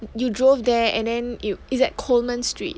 you drove there and then is at coleman street